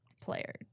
player